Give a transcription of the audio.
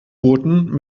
booten